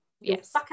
yes